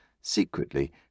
secretly